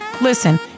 listen